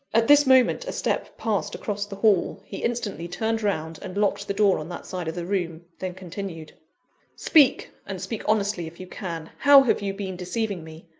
at this moment, a step passed across the hall. he instantly turned round, and locked the door on that side of the room then continued speak! and speak honestly if you can. how have you been deceiving me?